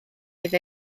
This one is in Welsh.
iddo